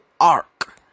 arc